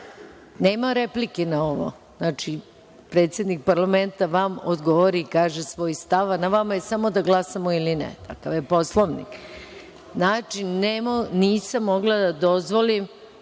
replike na ovo. Znači, predsednik parlamenta vam odgovori, kaže svoj stav, a na vama je samo da glasamo ili ne. To je Poslovnik. Znači, nisam mogla da dozvolim